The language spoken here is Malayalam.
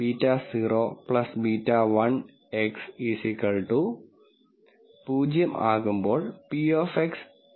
β0 β1 X 0 ആകുമ്പോൾ p of X 0